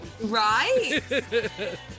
right